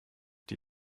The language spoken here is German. die